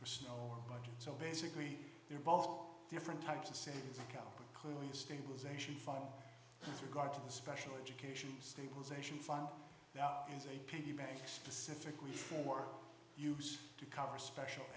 for snow or budget so basically they're both different types of savings account clearly stabilization fund regard to the special education stabilization fund now is a piggy bank specifically for use to cover special